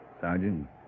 sergeant